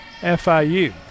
FIU